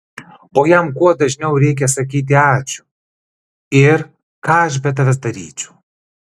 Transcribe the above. o jam kuo dažniau reikia sakyti ačiū ir ką aš be tavęs daryčiau